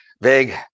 vague